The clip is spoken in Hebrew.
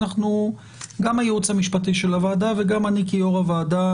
גם הייעוץ המשפטי וגם אני כיושב ראש הוועדה,